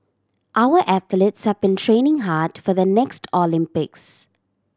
our athletes have been training hard for the next Olympics